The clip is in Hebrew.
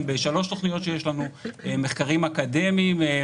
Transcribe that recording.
בשלוש תוכניות שיש לנו: מחקרים אקדמיים,